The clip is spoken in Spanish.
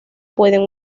pueden